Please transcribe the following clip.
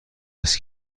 است